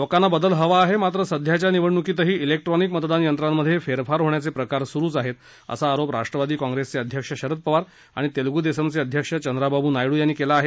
लोकांना बदल हवा आहे मात्र सध्याच्या निवडणुकीतही विक्ट्रॉनिक मतदान यंत्रां मध्ये फेरफार होण्याचे प्रकार सुरूच आहेत असा आरोप राष्ट्रवादी काँग्रेसचे अध्यक्ष शरद पवार आणि तेलगू देसमचे अध्यक्ष चंद्राबाबू नायडू यांनी केला आहे